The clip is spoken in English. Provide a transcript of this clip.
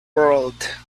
world